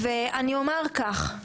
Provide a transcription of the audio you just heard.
אני אומר כך.